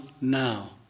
now